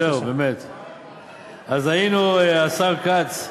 השר כץ,